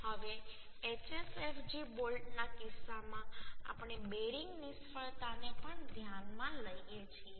હવે HSFG બોલ્ટના કિસ્સામાં આપણે બેરિંગ નિષ્ફળતાને પણ ધ્યાનમાં લઈએ છીએ